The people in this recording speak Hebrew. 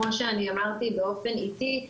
כמו שאמרתי באופן עיתי,